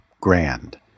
grand